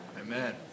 Amen